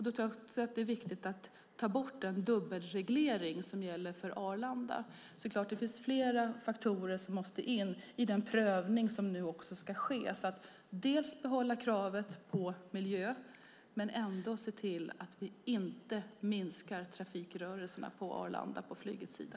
Då är det viktigt att ta bort den dubbelreglering som gäller för Arlanda. Det finns förstås flera faktorer som måste in i den prövning som nu ska ske. Det gäller att behålla kravet på miljö men ändå se till att vi inte minskar trafikrörelserna på flygsidan på Arlanda.